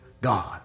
God